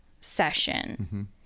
session